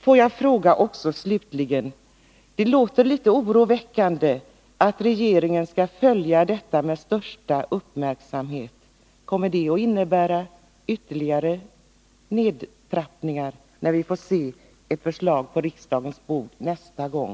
Låt mig till slut få fråga: Det låter litet oroväckande att regeringen skall följa den här frågan med största uppmärksamhet. Kommer det att innebära ytterligare nedtrappningar när vi får se ett förslag på riksdagens bord nästa gång?